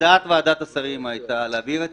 עמדת ועדת השרים היתה להעביר את